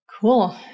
Cool